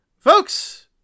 Folks